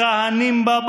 מכהנים בה,